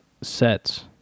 sets